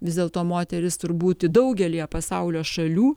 vis dėlto moterys turbūt daugelyje pasaulio šalių